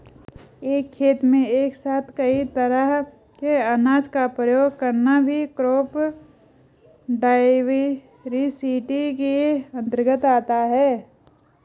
एक खेत में एक साथ कई तरह के अनाज का प्रयोग करना भी क्रॉप डाइवर्सिटी के अंतर्गत आता है